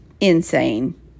insane